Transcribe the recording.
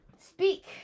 speak